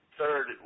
third